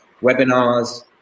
Webinars